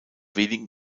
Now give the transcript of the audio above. wenigen